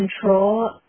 control